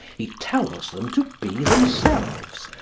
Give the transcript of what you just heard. he tells them to be themselves,